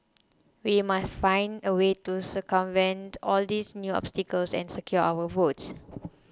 we must find a way to circumvent all these new obstacles and secure our votes